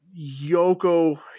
Yoko